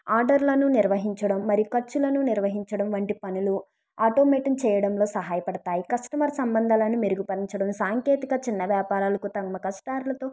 ఆర్డర్లను నిర్వహించడం మరి ఖర్చులను నిర్వహించడం వంటి పనులు ఆటోమేటింగ్ చేయడంలో సహాయపడతాయి కస్టమర్ సంబంధాలను మెరుగుపరచడం సాంకేతిక చిన్న వ్యాపారాలు తమ కష్టాలతో